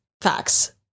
facts